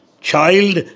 child